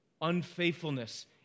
Unfaithfulness